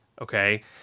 okay